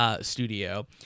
studio